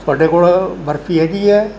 ਤੁਹਾਡੇ ਕੋਲ਼ ਬਰਫ਼ੀ ਹੈਗੀ ਹੈ